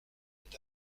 est